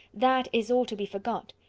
that is all to be forgot.